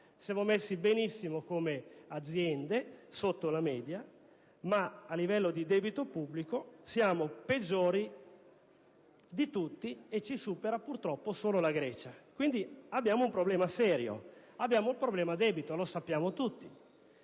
Siamo messi benissimo come aziende (siamo infatti sotto la media) ma, a livello di debito pubblico, siamo i peggiori di tutti, e ci supera purtroppo solo la Grecia: abbiamo quindi un problema serio, un problema debito, e lo sappiamo tutti.